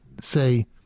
say